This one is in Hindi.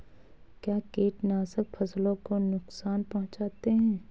क्या कीटनाशक फसलों को नुकसान पहुँचाते हैं?